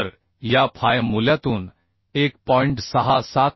तर या फाय मूल्यातून 1